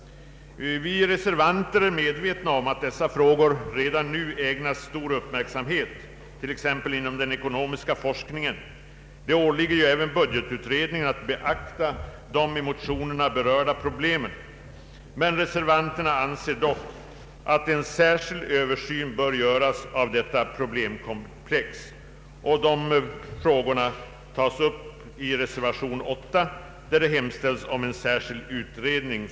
Vi reservanter är medvetna om att dessa frågor redan nu ägnas stor uppmärksamhet, t.ex. inom den ekonomiska forskningen. Det åligger ju även budgetutredningen att beakta de i motionen berörda problemen. Reservanterna anser dock att en särskild översyn bör göras av dessa problemkomplex. I reservationen 8 hemställs också om en särskild utredning.